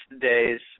days